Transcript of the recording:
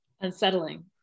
Unsettling